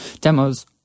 demos